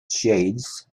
shades